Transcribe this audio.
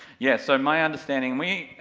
yeah, so my understanding, we,